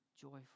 joyful